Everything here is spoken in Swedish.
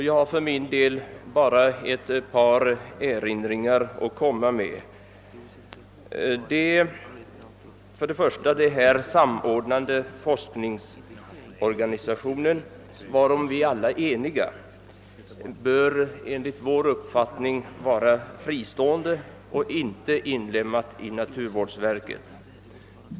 Jag har i dagens ärende bara ett par erinringar att göra. För det första bör det samordnande forskningsorganet, varom vi alla är eniga, enligt vår uppfattning vara fristående och inte inlemmat i naturvårdsverket.